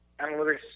analytics